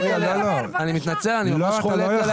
אני מתנצל, אני ממש חולק עליך.